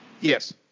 Yes